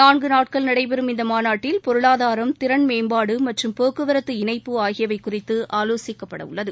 நான்க நாட்கள் நடைபெறும் இந்த மாநாட்டில் பொருளாதாரம் திறன்மேம்பாடு மற்றும் போக்குவரத்து இணைப்பு ஆகியவை குறித்து ஆலோசிக்கப்பட உள்ளது